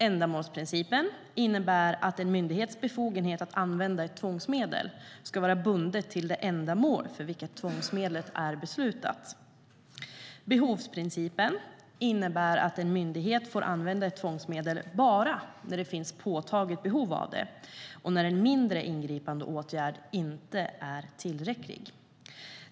Ändamålsprincipen innebär att en myndighets befogenhet att använda ett tvångsmedel ska vara bundet till det ändamål för vilket tvångsmedlet är beslutat. Behovsprincipen innebär att en myndighet får använda ett tvångsmedel bara när det finns ett påtagligt behov av det och när en mindre ingripande åtgärd inte är tillräcklig.